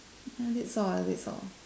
I did saw I did saw